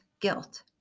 guilt